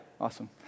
awesome